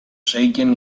shaken